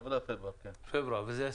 אז עוד שנה עד --- בכל מקרה תהיה פה שנה,